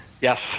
Yes